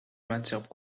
matières